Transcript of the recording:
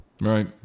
Right